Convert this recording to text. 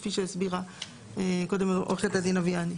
כפי שהסבירה קודם עו"ד אביאני.